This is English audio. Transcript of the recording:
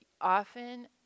often